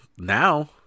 now